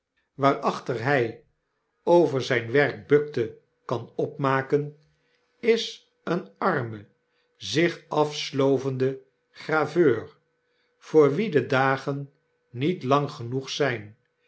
waarachter hy over zyn werk bukte kanopmaken is een arme zich afslovende graveur voor wien de dagen niet lang genoeg zyn